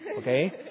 Okay